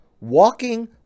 walking